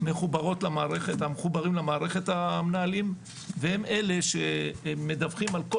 מחוברים למערכת המנהלים והם אלה שמדווחים על כל